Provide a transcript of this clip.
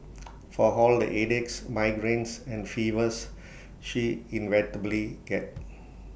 for all the headaches migraines and fevers she inevitably get